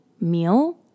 meal